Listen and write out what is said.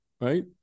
right